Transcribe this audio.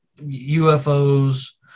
UFOs